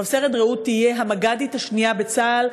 רב-סרן רעות תהיה המג"דית השנייה בצה"ל,